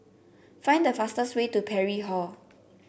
find the fastest way to Parry Hall